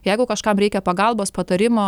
jeigu kažkam reikia pagalbos patarimo